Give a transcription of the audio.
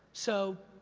so.